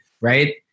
Right